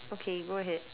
okay go ahead